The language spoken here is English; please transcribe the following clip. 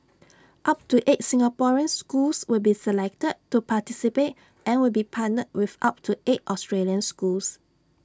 up to eight Singaporean schools will be selected to participate and will be partnered with up to eight Australian schools